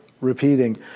repeating